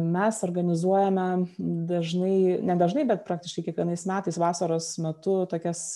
mes organizuojame dažnai nedažnai bet praktiškai kiekvienais metais vasaros metu tokias